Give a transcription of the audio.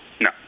No